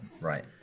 Right